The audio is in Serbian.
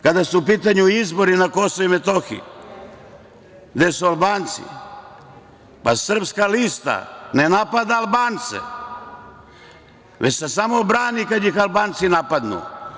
Kada su u pitanju izbori na KiM gde su Albanci, Srpska lista ne napada Albance, već se samo brani kad ih Albanci napadnu.